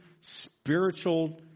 spiritual